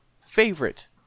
favorite